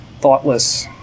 thoughtless